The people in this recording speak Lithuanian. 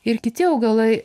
ir kiti augalai